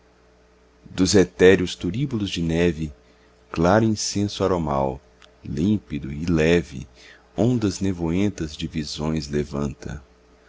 dos etéreos turíbulos de neve claro incenso aromal límpido e leve ondas nevoentas de visões levanta